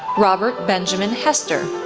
robert benjamin hester,